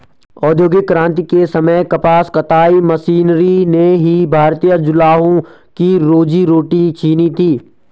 औद्योगिक क्रांति के समय कपास कताई मशीनरी ने ही भारतीय जुलाहों की रोजी रोटी छिनी थी